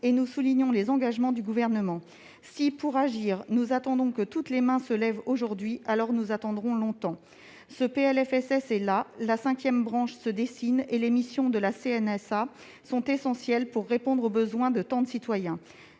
que sur les engagements du Gouvernement. Si, pour agir, nous attendons que toutes les mains se lèvent, nous attendrons longtemps ! Avec ce PLFSS, la cinquième branche se dessine. Les missions de la CNSA sont essentielles pour répondre aux besoins de tant de citoyens.